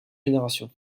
génération